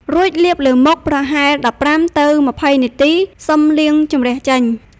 រួចលាបលើមុខប្រហែល ១៥ ទៅ ២០ នាទី សឹមលាងជម្រះចេញ។